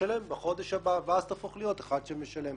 תשלם בחודש הבא ואז תהפוך לאחד שמשלם,